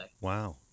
Wow